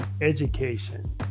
education